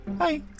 Hi